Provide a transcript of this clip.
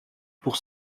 pour